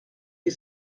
les